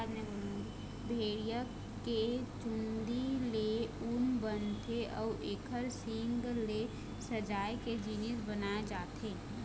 भेड़िया के चूंदी ले ऊन बनथे अउ एखर सींग ले सजाए के जिनिस बनाए जाथे